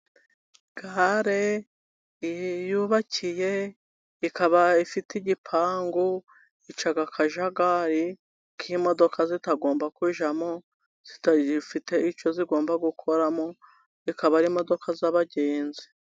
Gare yubakiye ikaba ifite igipangu, ica akajagari k'imodoka zitagomba kujyamo zidafite icyo zigomba gukoramo, akaba ari imodoka z'abagenzi.